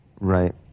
Right